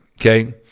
okay